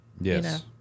Yes